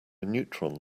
neutron